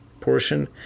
portion